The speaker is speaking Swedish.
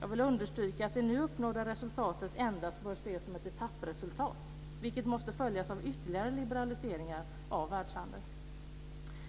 Jag vill understryka att det nu uppnådda resultatet bör ses endast som ett etappresultat, vilket måste följas av ytterligare liberaliseringar av världshandeln.